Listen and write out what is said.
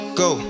go